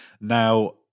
now